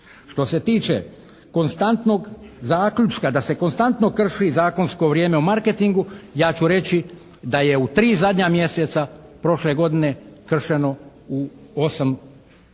Što se tiče konstantnog zaključka da se konstantno krši zakonsko vrijeme o marketingu ja ću reći da je u 3 zadnja mjeseca prošle godine kršeno u 8 slučajeva,